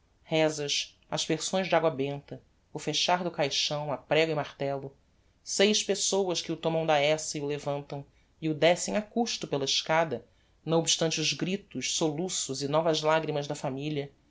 rezas aspersões d'agua benta o fechar do caixão a prego e martello seis pessoas que o tomam da eça e o levantam e o descem a custo pela escada não obstante os gritos soluços e novas lagrimas da familia